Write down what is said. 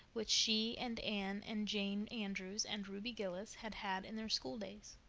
which she and anne and jane andrews and ruby gillis had had in their schooldays.